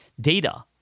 data